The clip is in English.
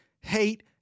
hate